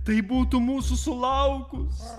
tai būtum mūsų sulaukus